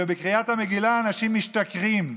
ובקריאת המגילה אנשים משתכרים.